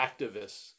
activists